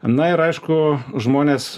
na ir aišku žmonės